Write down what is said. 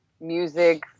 music